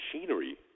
machinery